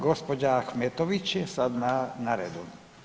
Gospođa Ahmetović je sad na redu.